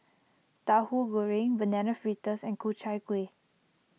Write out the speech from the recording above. Tahu Goreng Banana Fritters and Ku Chai Kueh